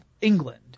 England